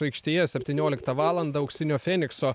aikštėje septynioliktą valandą auksinio fenikso